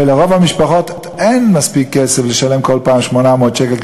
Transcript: ולרוב המשפחות אין מספיק כסף כדי לשלם 800 שקל כל